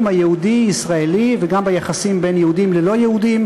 היהודי-ישראלי וגם ביחסים בין יהודים ללא-יהודים,